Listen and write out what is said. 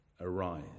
arise